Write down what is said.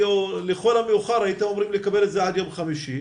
לכל המאוחר הייתם אמורים לקבל את זה עד יום חמישי.